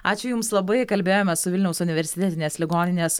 ačiū jums labai kalbėjome su vilniaus universitetinės ligoninės